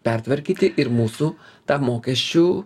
pertvarkyti ir mūsų tą mokesčių